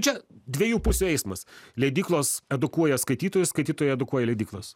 čia dviejų pusių eismas leidyklos edukuoja skaitytojus skaitytojai edukuoja leidyklas